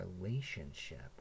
relationship